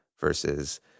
versus